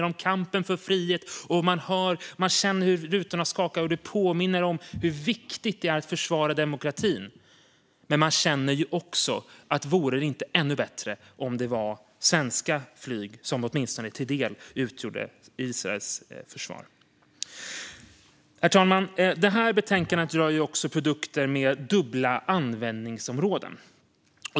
Som svensk känner man verkligen: Vore det inte bra om vi kunde se till att de också hade Jas Gripen så att även svenska flygplan åtminstone till del utgjorde Israels försvar! Herr talman! Betänkandet rör också produkter med dubbla användningsområden.